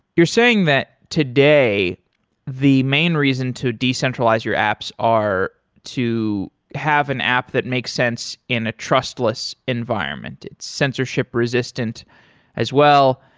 you're saying that today the main reason to decentralize your apps are to have an app that makes sense in a trustless environment. it's censorship resistant as well.